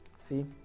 see